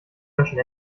löschen